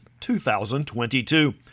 2022